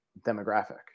demographic